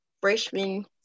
freshman